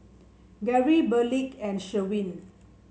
Gary Berkley and Sherwin